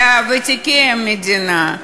לוותיקי המדינה,